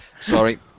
Sorry